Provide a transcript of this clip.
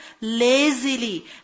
lazily